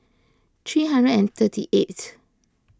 three hundred and thirty eighth